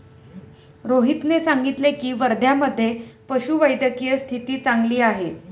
रोहितने सांगितले की, वर्ध्यामधे पशुवैद्यकीय स्थिती चांगली आहे